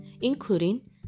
including